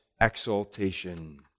exaltation